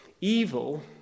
evil